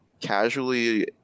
casually